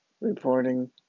reporting